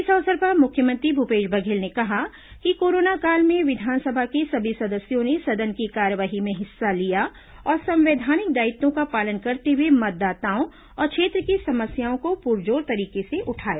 इस अवसर पर मुख्यमंत्री भूपेश बघेल ने कहा कि कोरोना काल में विधानसभा के सभी सदस्यों ने सदन की कार्यवाही में हिस्सा लिया और संवैधानिक दायित्वों का पालन करते हुए मतदाताओं और क्षेत्र की समस्याओं को पुरजोर तरीके से उठाया